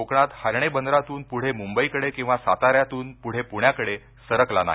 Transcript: कोकणात हर्णे बंदरातून पूढे मुंबईकडे किंवा साताऱ्यातून पुढे पुण्याकडे सरकला नाही